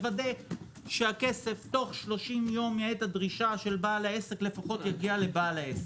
לוודא שהכסף תוך 30 יום מעת הדרישה של בעל העסק לפחות יגיע לבעל העסק.